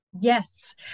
Yes